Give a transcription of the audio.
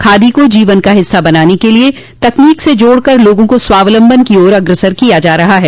खादी को जीवन का हिस्सा बनाने के लिये तकनीक से जोड़ कर लोगों को स्वावलम्बन की ओर अग्रसर किया जा रहा है